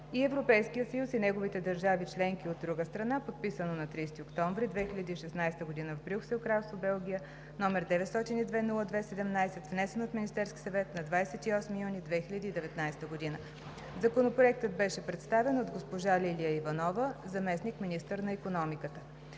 и Европейския съюз и неговите държави членки, от друга страна, подписано на 30 октомври 2016 г. в Брюксел, Кралство Белгия, № 902-02-17, внесен от Министерския съвет на 28 юни 2019 г. Законопроектът беше представен от госпожа Лилия Иванова – заместник-министър на икономиката.